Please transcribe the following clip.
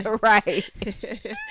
right